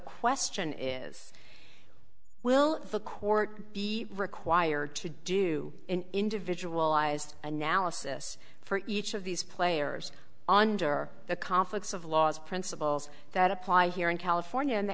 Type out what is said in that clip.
question is will the court be required to do an individual ised analysis for each of these players under the conflicts of laws principles that apply here in california and the